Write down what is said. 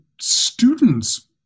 students